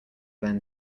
then